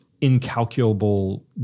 incalculable